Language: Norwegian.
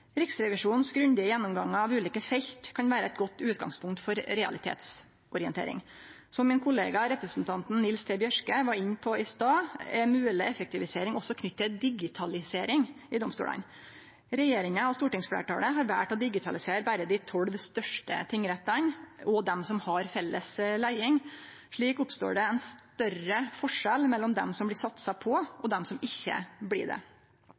Riksrevisjonens grundige gjennomgang av ulike felt kan vere eit godt utgangspunkt for realitetsorientering. Som min kollega, representanten Nils T. Bjørke, var inne på i stad, er mogeleg effektivisering også knytt til digitalisering i domstolane. Regjeringa og stortingsfleirtalet har valt å digitalisere berre dei tolv størst tingrettane og dei som har felles leiing. Slik oppstår det ein større forskjell mellom dei som blir satsa på, og dei som ikkje blir det.